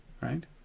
Right